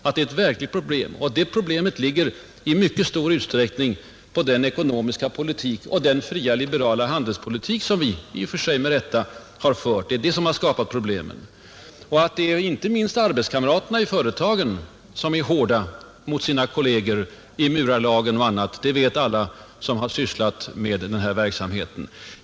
Det är ett verkligt problem, och det problemet beror i mycket stor utsträckning på den ekonomiska politik och den fria liberala handelspolitik som vi i och för sig med rätta har fört, Detta har skapat problemen, Att det inte minst är arbetskamraterna i företagen som är hårda mot sina kolleger i murarlag och annat vet alla som har sysslat med den verksamheten.